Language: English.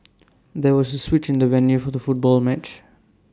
there was A switch in the venue for the football match